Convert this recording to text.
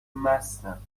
مستم